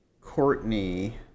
Courtney